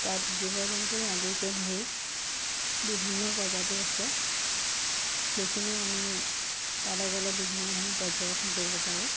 তাত জীৱ জন্তু আদিকে ধৰি বিভিন্ন প্ৰজাতি আছে সেইখিনি আমি তালৈ গ'লে বিভিন্ন ধৰণৰ পৰ্যবেক্ষণ কৰিব পাৰোঁ